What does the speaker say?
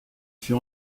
fut